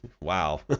Wow